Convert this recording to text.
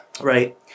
right